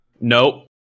Nope